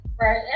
Right